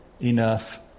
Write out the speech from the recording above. enough